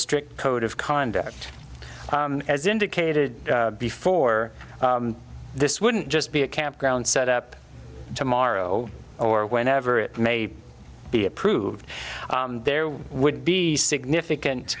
strict code of conduct as indicated before this wouldn't just be a campground set up tomorrow or whenever it may be approved there would be significant